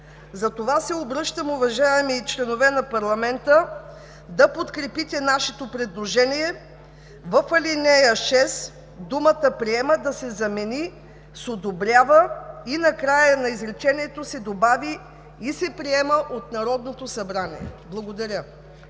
Затова се обръщам, уважаеми членове на парламента, да подкрепите нашето предложение в ал. 6 думата „приема“ да се замени с „одобрява“ и накрая на изречението да се добави „и се приема от Народното събрание“. Благодаря.